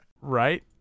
right